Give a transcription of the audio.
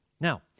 Now